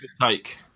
take